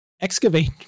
Excavate